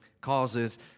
causes